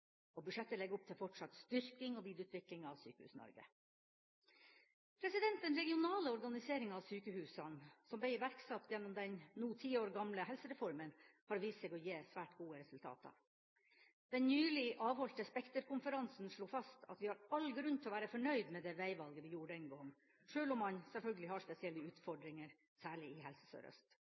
og budsjettet legger opp til fortsatt styrking og videreutvikling av Sykehus-Norge. Den regionale organiseringa av sykehusene, som ble iverksatt gjennom den nå ti år gamle helsereformen, har vist seg å gi svært gode resultater. Den nylig avholdte Spekter-konferansen slo fast at vi har all grunn til å være fornøyd med det veivalget vi gjorde den gang, sjøl om man selvfølgelig har spesielle utfordringer særlig i Helse